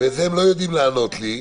ועל זה הם לא יודעים לענות לי.